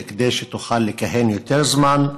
כדי שתוכל לכהן יותר זמן,